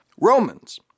Romans